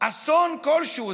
אסון כלשהו,